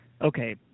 okay